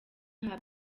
nta